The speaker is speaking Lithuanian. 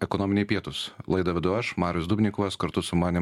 ekonominiai pietūs laidą vedu aš marius dubnikovas kartu su manim